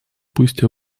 пусть